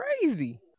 Crazy